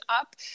up